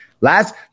last